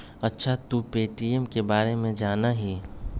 अच्छा तू पे.टी.एम के बारे में जाना हीं?